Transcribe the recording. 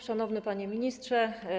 Szanowny Panie Ministrze!